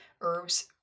herbs